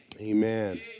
Amen